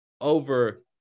over